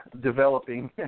developing